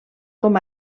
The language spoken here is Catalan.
com